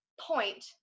point